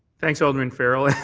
thanks, alderman farrell. and